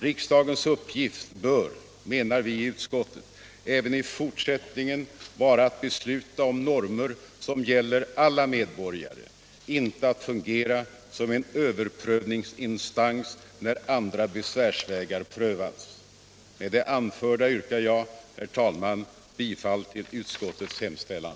Riksdagens uppgift bör, menar vi i utskottet, även i fortsättningen vara att besluta om normer som gäller alla medborgare — inte att fungera som en överprövningsinstans när andra besvärsvägar har prövats. Med det anförda yrkar jag, herr talman, bifall till utskottets hemställan.